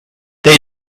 they